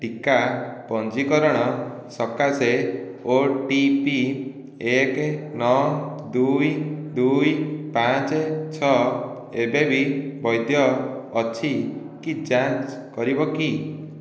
ଟିକା ପଞ୍ଜୀକରଣ ସକାଶେ ଓଟିପି ଏକ ନଅ ଦୁଇ ଦୁଇ ପାଞ୍ଚ ଛଅ ଏବେବି ବୈଧ ଅଛି କି ଯାଞ୍ଚ କରିବ କି